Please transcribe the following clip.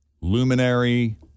luminary